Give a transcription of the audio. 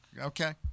okay